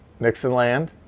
Nixonland